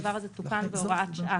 הדבר הזה תוקן בהוראת שעה.